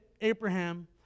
Abraham